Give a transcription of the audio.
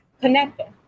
connected